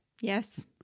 Yes